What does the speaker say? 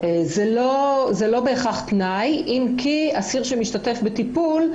זה לא בהכרח תנאי אם כי אסיר שמשתתף בטיפול,